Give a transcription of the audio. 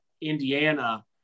Indiana